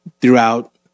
throughout